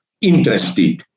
interested